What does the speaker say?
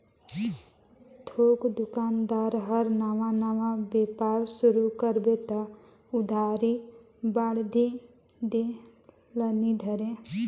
थोक दोकानदार हर नावा नावा बेपार सुरू करबे त उधारी बाड़ही देह ल नी धरे